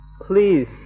Please